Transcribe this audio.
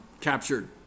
captured